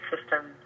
system